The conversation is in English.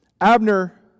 Abner